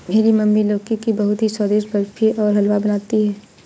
मेरी मम्मी लौकी की बहुत ही स्वादिष्ट बर्फी और हलवा बनाती है